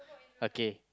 okay